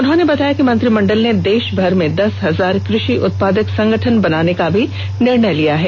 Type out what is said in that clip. उन्होंने बताया कि मंत्रिमंडल ने देशभर में दस हजार कृषि उत्पादक संगठन बनाने का भी निर्णय लिया है